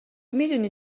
میدونی